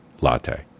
latte